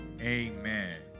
Amen